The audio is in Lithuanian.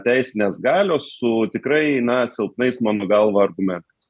teisinės galios su tikrai na silpnais mano galva argumentas